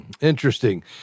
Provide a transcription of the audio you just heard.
Interesting